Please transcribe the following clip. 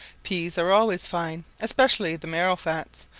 peas are always fine, especially the marrowfats,